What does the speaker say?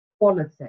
quality